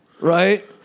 right